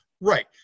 right